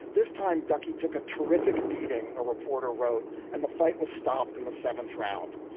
this time, ducky took a terrific beating. a reporter wrote, and the fight was stop. in the seventh round,